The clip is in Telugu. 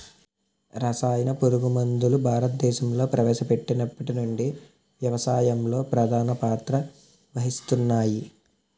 రసాయన పురుగుమందులు భారతదేశంలో ప్రవేశపెట్టినప్పటి నుండి వ్యవసాయంలో ప్రధాన పాత్ర వహిస్తున్నాయి